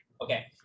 Okay